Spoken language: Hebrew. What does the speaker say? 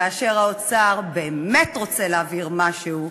כאשר האוצר באמת רוצה להעביר משהו,